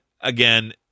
again